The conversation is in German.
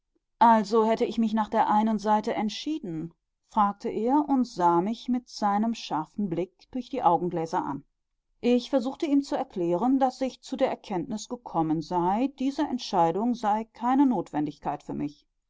also hätte ich mich nach der einen seite entschieden fragte er und sah mich mit seinem scharfen blick durch die augengläser an ich versuchte ihm zu erklären daß ich zu der erkenntnis gekommen sei diese entscheidung sei keine notwendigkeit für mich